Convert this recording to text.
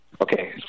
Okay